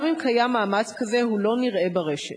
גם אם קיים מאמץ כזה, הוא לא נראה ברשת.